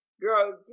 Girl